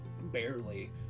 barely